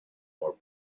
more